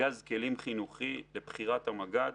ארגז כלים חינוכי לבחירת המג"ד